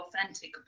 authentic